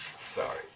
sorry